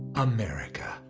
america,